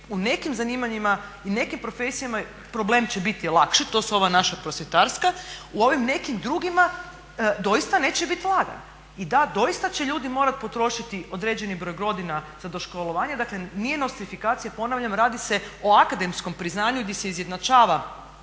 u nekim zanimanjima i nekim profesijama problem će biti lakši to su ova naša prosvjetarska, u ovim nekim drugima doista neće biti lagan. I da, doista će ljudi morati potrošiti određeni broj godina za doškolovanje dakle nije nostrifikacija, ponavljam, radi se o akademskom priznanju gdje se izjednačava